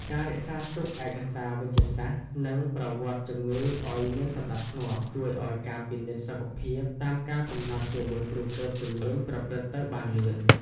ការរក្សាទុកឯកសារវេជ្ជសាស្ត្រ និងប្រវត្តិជំងឺឱ្យមានសណ្តាប់ធ្នាប់ ជួយឱ្យការពិនិត្យសុខភាពតាមកាលកំណត់ជាមួយគ្រូពេទ្យជំនាញប្រព្រឹត្តទៅបានលឿន។